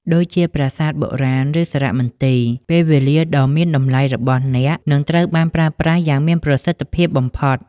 ដូចជាប្រាសាទបុរាណ ឬសារមន្ទីរ ពេលវេលាដ៏មានតម្លៃរបស់អ្នកនឹងត្រូវបានប្រើប្រាស់យ៉ាងមានប្រសិទ្ធភាពបំផុត។